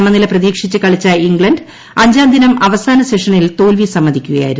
സമനില പ്രതീക്ഷിച്ച് കളിച്ച ഇംഗ്ലണ്ട് അഞ്ചാം ദിനം അവസാന സെഷനിൽ തോൽവി സമ്മതിക്കുകയായിരുന്നു